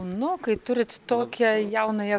nu kai turit tokią jaunąją